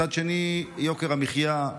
מצד שני, יוקר המחיה,